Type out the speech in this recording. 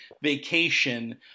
vacation